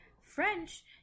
French